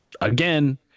again